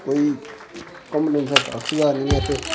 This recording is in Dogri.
कोई घूमने ई इ'त्थें कक्ख जगह् निं ऐ इ'त्थें